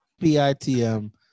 p-i-t-m